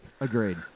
Agreed